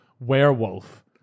werewolf